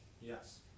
Yes